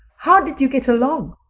how did you get along?